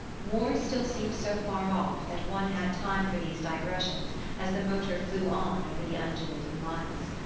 war still seemed so far off that one had time for these digressions as the motor flew on over the undulating miles.